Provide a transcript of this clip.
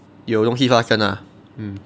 有东西发生 ah